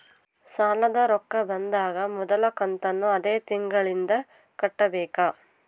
ಸಾಲದ ರೊಕ್ಕ ಬಂದಾಗ ಮೊದಲ ಕಂತನ್ನು ಅದೇ ತಿಂಗಳಿಂದ ಕಟ್ಟಬೇಕಾ?